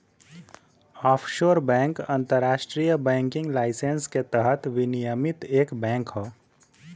offshore bank अंतरराष्ट्रीय banking licence के तहत विनियमित एक बैंक हौ